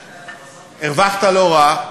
והרווחת לא רע,